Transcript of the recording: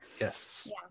Yes